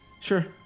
Sure